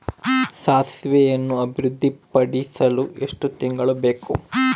ಸಾಸಿವೆಯನ್ನು ಅಭಿವೃದ್ಧಿಪಡಿಸಲು ಎಷ್ಟು ತಿಂಗಳು ಬೇಕು?